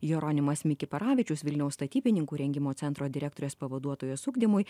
jeronimas mikiparavičius vilniaus statybininkų rengimo centro direktorės pavaduotojas ugdymui